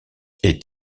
est